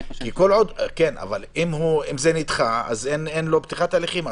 אם זה נדחה, אין לו פתיחת הליכים.